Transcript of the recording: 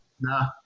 Nah